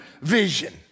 vision